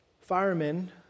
firemen